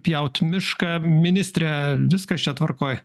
pjaut mišką ministre viskas čia tvarkoj